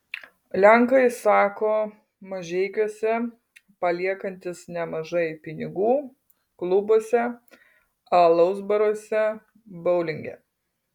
lenkai sako mažeikiuose paliekantys nemažai pinigų klubuose alaus baruose boulinge